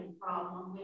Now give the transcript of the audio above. problem